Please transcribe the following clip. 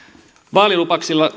vaalilupauksilla